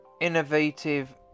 innovative